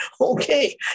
Okay